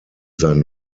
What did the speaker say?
sein